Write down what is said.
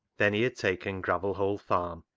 then he had taken gravel hole farm,